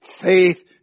Faith